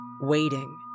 waiting